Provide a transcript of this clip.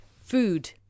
Food